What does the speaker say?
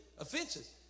Offenses